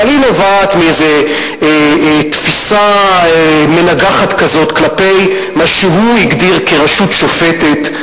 מאיזו תפיסה מנגחת כזאת כלפי מה שהוא הגדיר כרשות שופטת.